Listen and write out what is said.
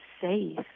Safe